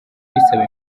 bisaba